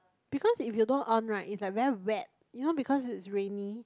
because if you don't on right it's like very wet you know because it's rainy